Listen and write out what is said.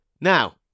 Now